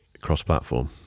cross-platform